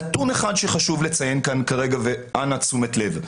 נתון אחד שחשוב לציין כאן כרגע ואנא תשומת לב.